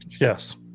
Yes